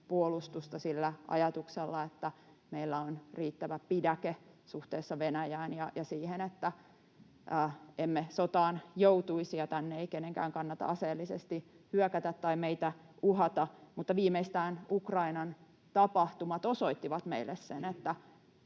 puolustusta sillä ajatuksella, että meillä on riittävä pidäke suhteessa Venäjään ja siihen, että emme sotaan joutuisi, ja tänne ei kenenkään kannata aseellisesti hyökätä tai meitä uhata. Mutta viimeistään Ukrainan tapahtumat osoittivat meille sen, että